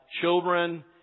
children